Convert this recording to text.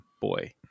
boy